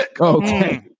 Okay